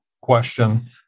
question